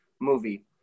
movie